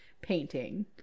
painting